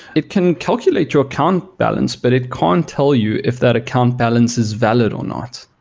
it can calculate your account balance, but it can't tell you if that account balance is valid or not.